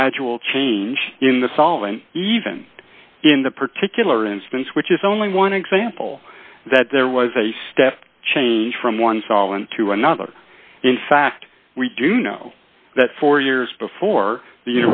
gradual change in the solvent even in the particular instance which is only one example that there was a step change from one solvent to another in fact we do know that for years before the